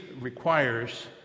requires